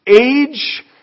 age